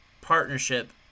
partnership